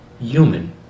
human